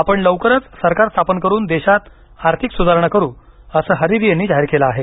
आपण लवकरच सरकार स्थापन करून देशात आर्थिक सुधारणा करू असं हरिरी यांनी जाहीर केलं आहे